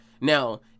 Now